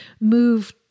move